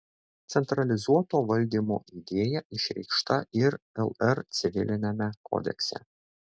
centralizuoto valdymo idėja išreikšta ir lr civiliniame kodekse